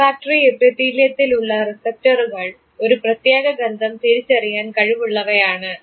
olfactory എപ്പിത്തീലിയത്തിലുള്ള റിസപ്പ്റ്ററുകൾ ഒരു പ്രത്യേക ഗന്ധം തിരിച്ചറിയാൻ കഴിവുള്ളവയാണ്